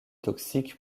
toxique